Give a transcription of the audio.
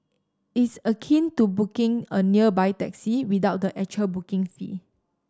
it's akin to 'booking' a nearby taxi without the actual booking fee